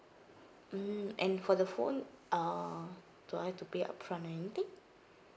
mm and for the phone ah do I have to pay upfront or anything